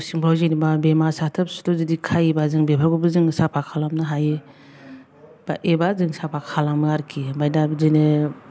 न' सिंफ्राव जेनेबा बेमा साथोब सुथोब जुदि खायोबा जों बेफोरखौबो जों साफा खालामनो हायो बा एबा जों साफा खालामो आरोखि ओमफ्राय दा बिदिनो